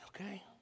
okay